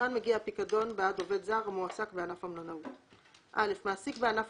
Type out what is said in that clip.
"פיקדון בעד עובד זר המועסק בענף המלונאות 3א. מעסיק בענף